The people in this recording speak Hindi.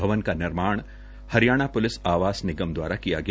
भवन का निर्माण हरियाणा पुलिस आवास निगम दवारा किया गया